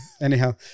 anyhow